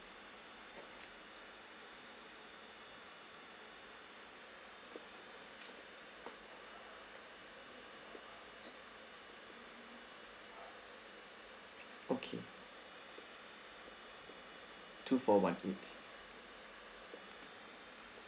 okay two for one good